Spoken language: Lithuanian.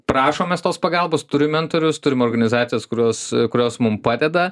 prašom mes tos pagalbos turim mentorius turim organizacijas kurios kurios mum padeda